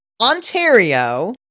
Ontario